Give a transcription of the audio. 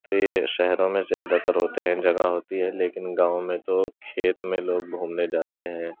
تو یہ شہروں میں زیادہ تر ہوتے ہیں جگہ ہوتی ہے لیکن گاؤں میں تو کھیت میں لوگ گھومنے جاتے ہیں